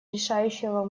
решающего